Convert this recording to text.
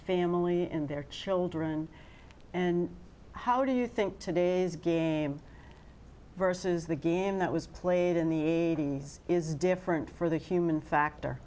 family and their children and how do you think today's game vs the game in that was played in the is different for the human factor